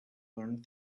learned